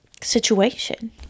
situation